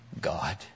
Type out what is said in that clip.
God